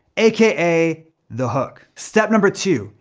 aka the hook. step number two,